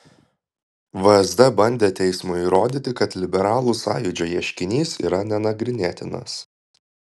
vsd bandė teismui įrodyti kad liberalų sąjūdžio ieškinys yra nenagrinėtinas